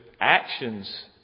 actions